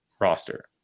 roster